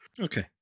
Okay